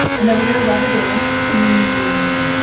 and then we're going to rub it in. oooh.